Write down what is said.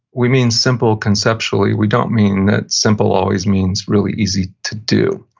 we mean simple conceptually, we don't mean that simple always means really easy to do,